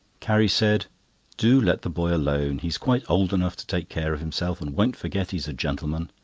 carrie said do let the boy alone. he's quite old enough to take care of himself, and won't forget he's a gentleman.